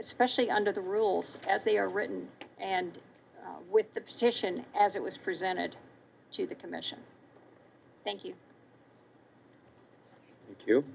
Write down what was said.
especially under the rules as they are written and with the position as it was presented to the commission thank you